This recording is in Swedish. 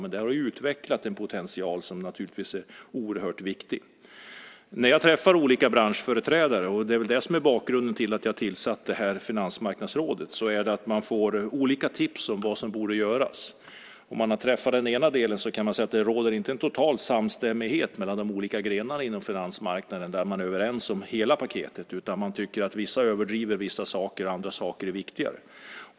Men där har utvecklats en potential som naturligtvis är oerhört viktig. När jag träffar olika branschföreträdare - och det är väl det som är bakgrunden till att jag tillsatt Finansmarknadsrådet - får jag olika tips om vad som borde göras. När man har träffat den ena delen kan man säga att det inte råder en total samstämmighet mellan de olika grenarna inom finansmarknaden där man är överens om hela paketet, utan man tycker att vissa överdriver vissa saker och att andra saker är viktiga.